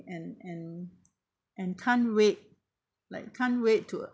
and and and can't wait like can't wait to